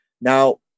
Now